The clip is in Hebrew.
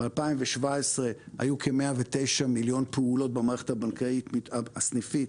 ב-2017 היו כ-109 מיליון פעולות במערכת הבנקאית הסניפית,